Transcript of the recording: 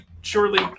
surely